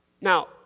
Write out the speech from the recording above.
Now